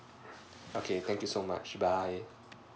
okay thank you so much bye